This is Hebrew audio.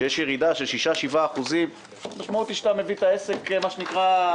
כשיש ירידה של 6% 7% המשמעות היא שאתה מביא את העסק אל הקצה.